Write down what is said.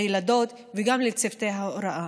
לילדות וגם לצוותי ההוראה.